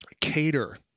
cater